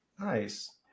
Nice